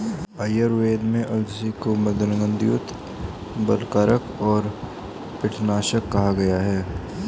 आयुर्वेद में अलसी को मन्दगंधयुक्त, बलकारक और पित्तनाशक कहा गया है